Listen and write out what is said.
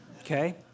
Okay